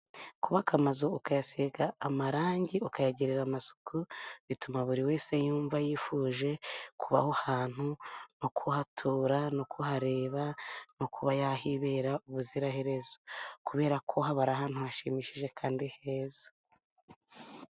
Kubaka amazu ukayasiga amarangi, ukayagirira amasuku, bituma buri wese yumva yifuje kuba aho hantu no kuhatura, no kuhareba, no kuba yahibera ubuziraherezo. Kubera ko haba ari ahantu hashimishije kandi heza.